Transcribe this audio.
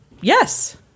Yes